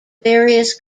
various